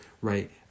right